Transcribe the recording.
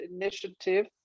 initiative